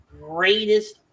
greatest